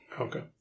Okay